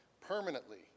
permanently